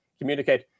communicate